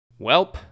Welp